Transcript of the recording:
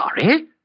sorry